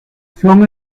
son